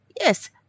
yes